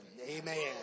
Amen